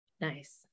Nice